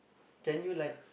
can you like